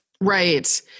Right